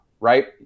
right